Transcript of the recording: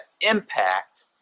impact